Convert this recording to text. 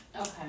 Okay